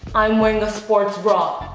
i'm wearing a sports bra.